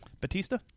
Batista